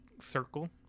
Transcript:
circle